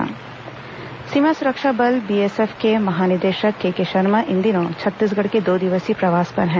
BSF महानिदेशक दौरा सीमा सुरक्षा बल बीएसएफ के महानिदेशक केके शर्मा इन दिनों छत्तीसगढ़ के दो दिवसीय प्रवास पर हैं